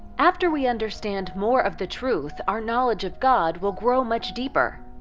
after we understand more of the truth, our knowledge of god will grow much deeper,